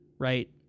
right